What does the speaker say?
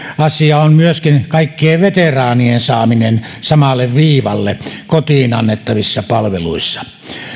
asia on myöskin kaikkien veteraanien saaminen samalle viivalle kotiin annettavissa palveluissa